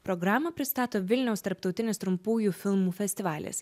programą pristato vilniaus tarptautinis trumpųjų filmų festivalis